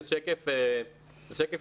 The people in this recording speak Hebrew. זה שקף ראשוני,